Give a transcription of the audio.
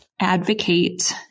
advocate